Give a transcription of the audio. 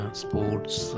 sports